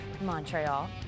Montreal